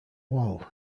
wall